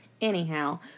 anyhow